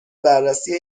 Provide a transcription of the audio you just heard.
بررسی